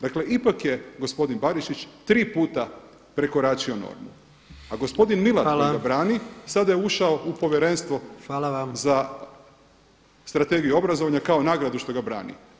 Dakle, ipak je gospodin Barišić tri puta prekoračio normu, a gospodin … [[ne razumije se]] [[Upadica Jandroković: Hvala.]] Sada je ušao u povjerenstvo [[Upadica Jandroković: Hvala vam.]] Za strategiju obrazovanja kao nagradu što ga brani.